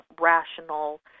rational